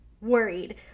worried